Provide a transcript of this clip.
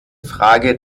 frage